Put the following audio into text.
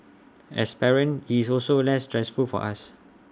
as parents IT is also less stressful for us